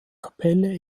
kapelle